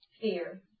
fear